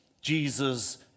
Jesus